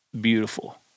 beautiful